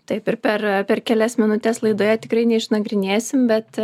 taip ir per per kelias minutes laidoje tikrai neišnagrinėsim bet